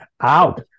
out